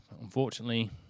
unfortunately